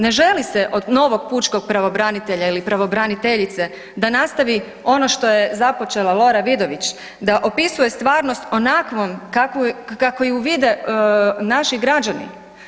Ne želi se od novog pučkog pravobranitelja ili pravobraniteljice da nastavi ono što je započela Lora Vidović, da opisuje stvarnost onakvom kakvu ju vide naši građani.